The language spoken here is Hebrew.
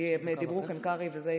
כי דיברו כאן קרעי וזה,